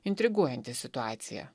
intriguojanti situacija